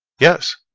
yes,